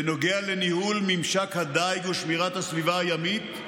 בנוגע לניהול משק הדיג ושמירת הסביבה הימית,